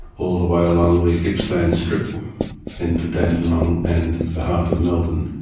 all the way along the gippsland strip into dandenong and the heart of melbourne.